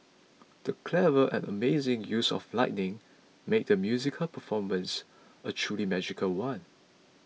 the clever and amazing use of lighting made the musical performance a truly magical one